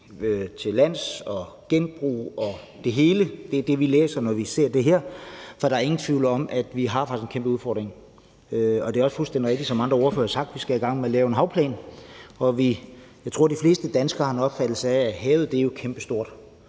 til lands og genbrug og det hele. Det er det, vi læser, når vi ser det her, for der er ingen tvivl om, at vi faktisk har en kæmpe udfordring. Og det er også fuldstændig rigtigt, som andre ordførere har sagt, at vi skal i gang med at lave en havplan. Jeg tror, at de fleste danskere har en opfattelse af, at havet jo er kæmpestort